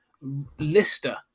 Lister